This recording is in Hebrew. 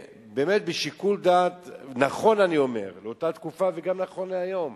שיקול דעת נכון לאותה תקופה, גם נכון להיום,